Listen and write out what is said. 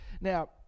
now